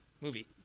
Movie